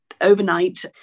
overnight